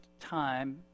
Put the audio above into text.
time